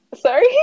Sorry